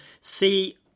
See